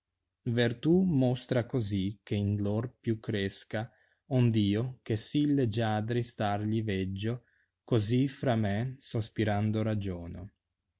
vertù mostra così che in lor più cresca ond io ohe sì leggiadri star gli veggio cosi fra me sospirando ragiono